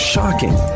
Shocking